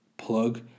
plug